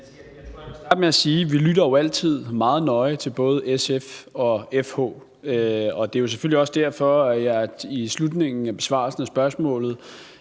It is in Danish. Jeg vil starte med at sige, at vi jo altid lytter meget nøje til både SF og FH, og det var selvfølgelig også derfor, at jeg i slutningen af besvarelsen af spørgsmålet